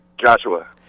Joshua